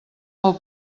pel